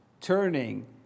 turning